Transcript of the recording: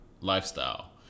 lifestyle